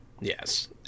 Yes